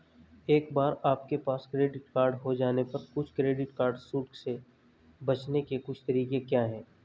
एक बार आपके पास क्रेडिट कार्ड हो जाने पर कुछ क्रेडिट कार्ड शुल्क से बचने के कुछ तरीके क्या हैं?